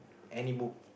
any book